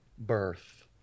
birth